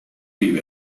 vive